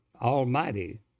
almighty